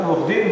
גם עורך-דין,